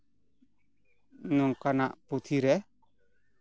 ᱱᱚᱝᱠᱟᱱᱟᱜ ᱯᱩᱛᱷᱤ ᱨᱮ